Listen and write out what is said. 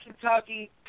Kentucky